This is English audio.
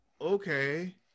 Okay